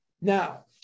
now